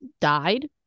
died